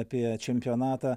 apie čempionatą